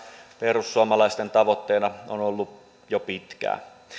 perussuomalaisten tavoitteena on ollut jo pitkään